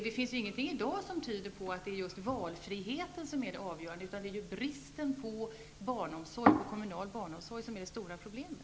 Det finns i dag ingenting som tyder på att det är just valfriheten som är det avgörande, utan det är bristen på kommunal barnomsorg som är det stora problemet.